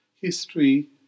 History